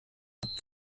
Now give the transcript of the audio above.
ist